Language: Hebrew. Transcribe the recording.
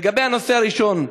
לגבי הנושא הראשון,